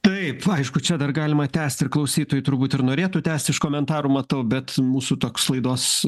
taip aišku čia dar galima tęsti ir klausytojai turbūt ir norėtų tęsti iš komentarų matau bet mūsų toks laidos